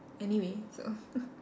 anyway so